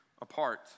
apart